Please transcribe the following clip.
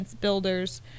builders